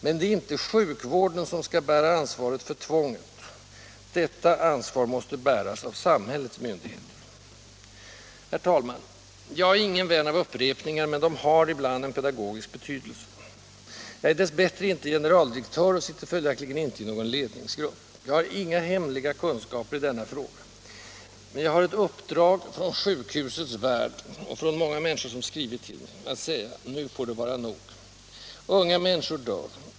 Men det är inte sjukvården som skall bära ansvaret för tvånget. Detta ansvar måste bäras av samhällets myndigheter. Herr talman! Jag är ingen vän av upprepningar, men de har ibland en pedagogisk betydelse. Jag är dess bättre inte generaldirektör och sitter följaktligen inte i någon ledningsgrupp. Jag har inga hemliga kunskaper i denna fråga, men jag har ett uppdrag från sjukhusets värld — och från många människor som skrivit till mig — att säga: Nu får det vara nog! Unga människor dör.